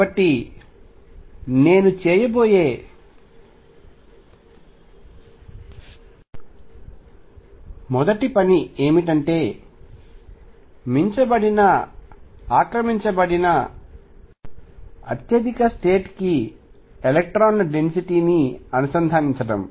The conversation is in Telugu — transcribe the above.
కాబట్టి నేను చేయబోయే మొదటి పని ఏమిటంటే ఆక్రమించబడిన అత్యధిక స్టేట్ కి ఎలక్ట్రాన్ల డెన్సిటీ ను అనుసంధానించటం